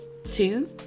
Two